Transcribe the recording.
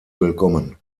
willkommen